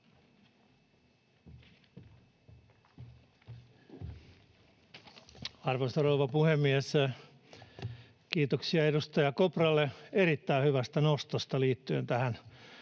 Arvoisa rouva puhemies! Kiitoksia edustaja Kopralle erittäin hyvästä nostosta liittyen tähän